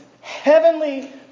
heavenly